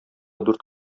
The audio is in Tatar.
дүрт